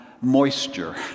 moisture